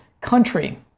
country